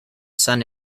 sun